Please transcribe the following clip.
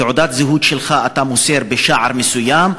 את תעודת הזהות שלך אתה מוסר בשער מסוים,